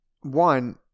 One